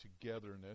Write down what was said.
togetherness